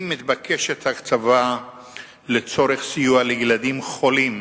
אם מתבקשת הקצבה לצורך סיוע לילדים חולים